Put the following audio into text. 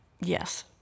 Yes